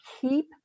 keep